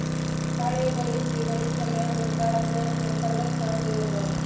हर एक गरीब के गरीब कल्याण रोजगार अभियान के अन्तर्गत काम देवल जा हई